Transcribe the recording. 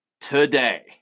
today